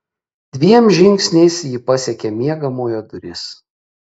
dviem žingsniais ji pasiekė miegamojo duris